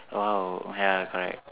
oh ya correct